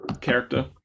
character